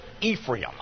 Ephraim